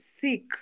thick